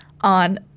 on